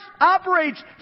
operates